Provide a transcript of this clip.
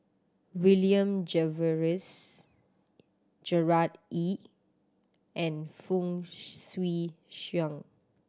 William Jervois Gerard Ee and Fong Swee Suan